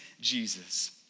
Jesus